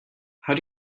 how